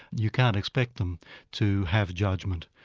you can't expect them to have judgment,